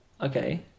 Okay